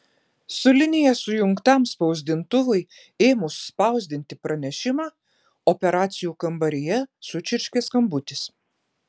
su linija sujungtam spausdintuvui ėmus spausdinti pranešimą operacijų kambaryje sučirškė skambutis